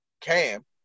Cam